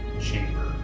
chamber